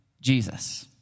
Jesus